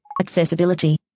Accessibility